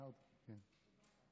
כן.